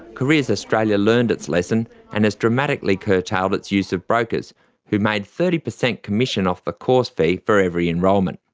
careers australia learned its lesson and has dramatically curtailed its use of brokers who made thirty percent commission off the course fee for every enrolment.